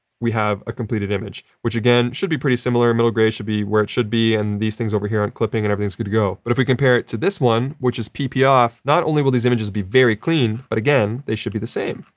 we have a completed image, which again, should be pretty similar. middle grey should be where it should be. and these things over here aren't clipping and everything's good to go. but, if we compare it to this one, which is pp off, not only will these images be very clean, but again, they should be the same.